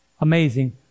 amazing